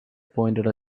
pointed